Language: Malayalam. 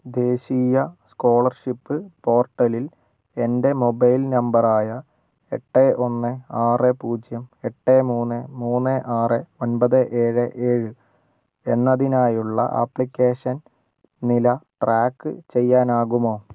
ദേശീയ സ്കോളർഷിപ്പ് പോർട്ടലിൽ എൻ്റെ മൊബൈൽ നമ്പർ ആയ എട്ട് ഒന്ന് ആറ് പൂജ്യം എട്ട് മൂന്ന് മൂന്ന് ആറ് ഒൻപത് ഏഴ് ഏഴ് എന്നതിനായുള്ള ആപ്ലിക്കേഷൻ നില ട്രാക്ക് ചെയ്യാനാകുമോ